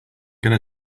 going